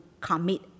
commit